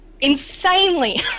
insanely